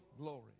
glory